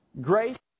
grace